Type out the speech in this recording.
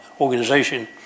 organization